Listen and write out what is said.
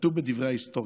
כתוב בדברי ההיסטוריה: